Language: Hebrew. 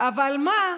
אבל מה,